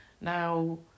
Now